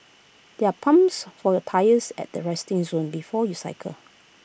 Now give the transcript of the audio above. there are pumps for your tyres at the resting zone before you cycle